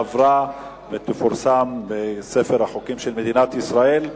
עברה ותפורסם בספר החוקים של מדינת ישראל.